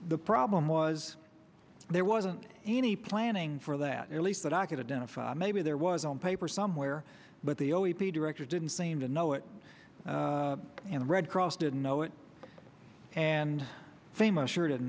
the problem was there wasn't any planning for that at least that i could identify maybe there was on paper somewhere but the o e p director didn't seem to know it and the red cross didn't know it and famous or didn't